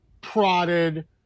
prodded